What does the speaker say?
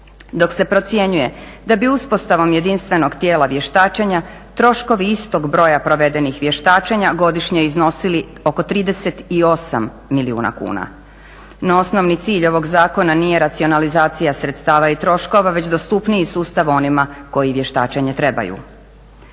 dok se procjenjuje da bi uspostavom jedinstvenog tijela vještačenja troškovi istog broja provedenih vještačenja godišnje iznosili oko 38 milijuna kuna. No, osnovni cilj ovog zakona nije racionalizacija sredstava i troškova već dostupniji sustav onima koji vještačenje trebaju.